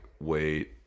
wait